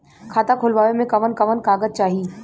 खाता खोलवावे में कवन कवन कागज चाही?